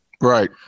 Right